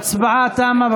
ההצבעה תמה.